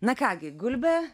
na ką gi gulbe